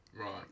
Right